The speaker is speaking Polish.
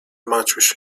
maciuś